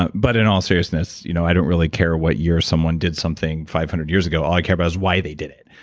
ah but in all seriousness, you know i don't really care what year someone did something five hundred years ago. all i care about is why they it,